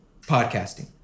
podcasting